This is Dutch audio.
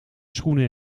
schoenen